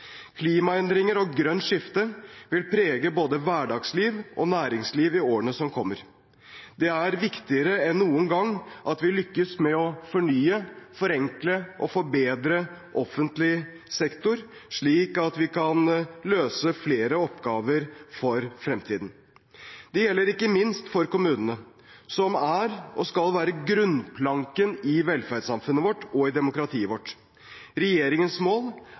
Klimaendringer og grønt skifte vil prege både hverdagsliv og næringsliv i årene som kommer. Det er viktigere enn noen gang at vi lykkes med å fornye, forenkle og forbedre offentlig sektor, slik at vi kan løse flere oppgaver for fremtiden. Det gjelder ikke minst for kommunene, som er og skal være grunnplanken i velferdssamfunnet vårt og i demokratiet vårt. Regjeringens mål